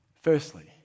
Firstly